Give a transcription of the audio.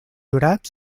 jurat